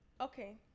Okay